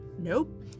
nope